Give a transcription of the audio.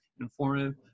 informative